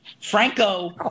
Franco